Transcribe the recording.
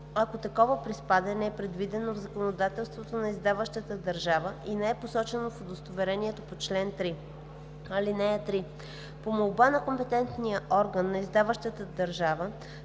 ако такова приспадане е предвидено в законодателството на издаващата държава и не е посочено в удостоверението по чл. 3. (3) По молба на компетентния орган на издаващата държава